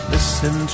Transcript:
Listen